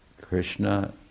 Krishna